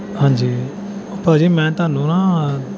ਹਾਂਜੀ ਭਾਅ ਜੀ ਮੈਂ ਤੁਹਾਨੂੰ ਨਾ